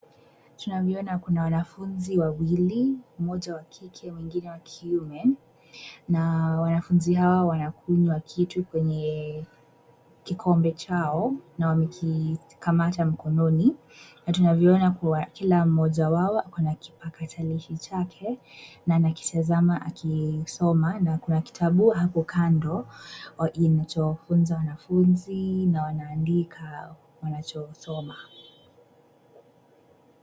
Tunavyoona kuna wanafunzi wawili, mmoja wa kike mwingine wa kiume, na wanafunzi hawa wanakunywa kitu kwenye, kikombe chao, na wameki, kamata mkononi, na tunavyoona kuwa kila mmoja wao ako na kipakatalishi chake, na anakitazama akisoma na kuna kitabu hapo kando, inachofunza wanafunzi na wanaandika wanachosoma.